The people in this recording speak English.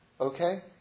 Okay